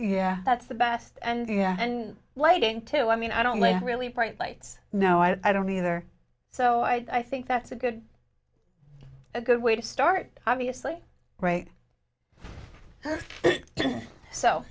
yeah that's the best and yeah and lighting too i mean i don't like really bright lights no i don't either so i think that's a good a good way to start obviously right so